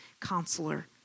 counselor